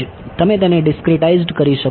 તમે તેને ડીસ્ક્રીટાઇઝ્ડ કરી શકો છો